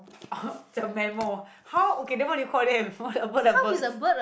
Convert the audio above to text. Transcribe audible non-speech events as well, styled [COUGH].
oh [BREATH] the mammal how okay then what do you call them [LAUGHS] bird